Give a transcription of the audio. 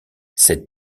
cet